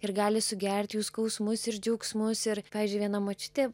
ir gali sugerti jų skausmus ir džiaugsmus ir pavyzdžiui viena močiutė